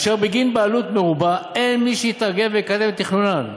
אשר בגין בעלות מרובה אין מי שיתארגן ויקדם את תכנונן.